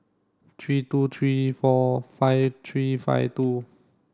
three two three four five three five two